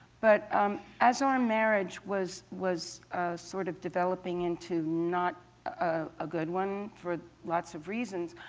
but as our marriage was was sort of developing into not a good one, for lots of reasons,